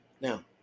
now